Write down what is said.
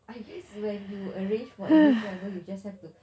I guess when you arrange for travel you just have to